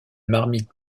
marmite